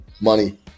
Money